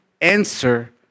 answer